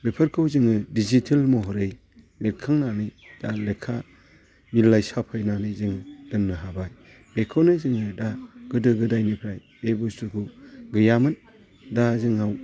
बेफोरखौ जोङो दिजिटेल महरै लिरखांनानै दा लेखा बिलाइ साफायनानै जोङो दोननो हाबाय बेखौनो जोङो दा गोदो गोदायनिफ्राय बे बुस्थुखौ गैयामोन दा जोंनाव